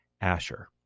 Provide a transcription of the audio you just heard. Asher